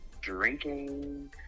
drinking